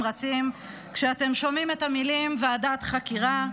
רצים כשאתם שומעים את המילים ועדת חקירה.